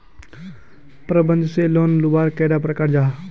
प्रबंधन से लोन लुबार कैडा प्रकारेर जाहा?